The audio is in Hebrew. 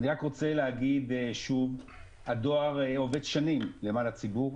אני רק רוצה להגיד שוב: הדואר עובד שנים למען הציבור.